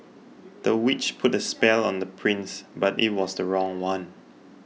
the witch put a spell on the prince but it was the wrong one